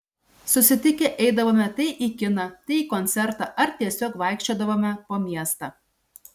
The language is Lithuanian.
susitikę eidavome tai į kiną tai į koncertą ar tiesiog vaikščiodavome po miestą